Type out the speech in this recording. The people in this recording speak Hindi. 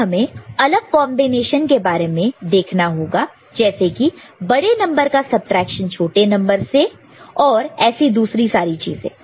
अब हमें अलग कॉन्बिनेशन के बारे में देखना होगा जैसे कि बड़े नंबर का सबट्रैक्शन छोटे नंबर से और ऐसी दूसरी सारी चीजें